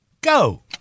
go